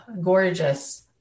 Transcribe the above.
gorgeous